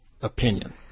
opinion